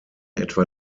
etwa